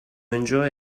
enjoy